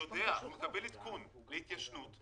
הוא יקבל עדכון להתיישנות,